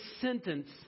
sentence